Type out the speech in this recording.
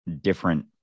different